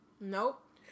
Nope